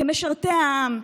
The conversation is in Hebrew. כמשרתי העם,